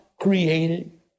created